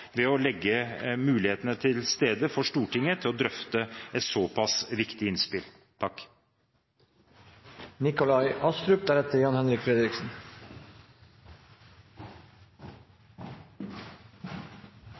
ved å legge til rette for at Stortinget får muligheten til å drøfte et så pass viktig innspill.